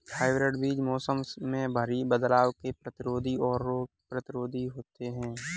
hybrid बीज मौसम में भारी बदलाव के प्रतिरोधी और रोग प्रतिरोधी होते हैं